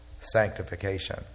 sanctification